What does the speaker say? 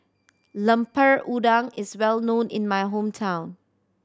Lemper Udang is well known in my hometown